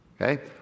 okay